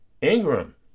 Ingram